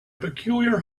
peculiar